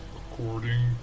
according